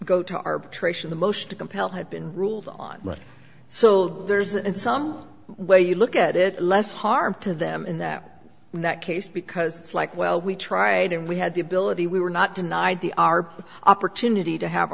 go to arbitration the motion to compel have been ruled on so there's in some way you look at it less harm to them in that in that case because it's like well we tried and we had the ability we were not denied the our opportunity to have